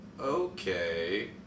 Okay